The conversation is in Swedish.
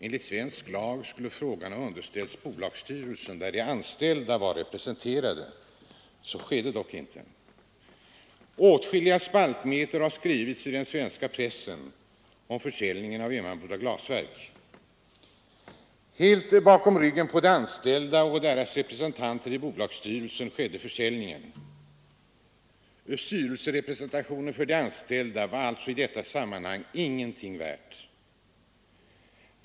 Enligt svensk lag skulle frågan ha underställts bolagsstyrelsen, där de anställda var representerade. Så skedde dock inte. Åtskilliga spaltmeter har skrivits i den svenska pressen om försäljningen av Emmaboda glasverk. Helt bakom ryggen på de anställda och deras representanter i styrelsen skedde försäljningen. Styrelserepresentationen för de anställda var alltså i detta sammanhang ingenting värd.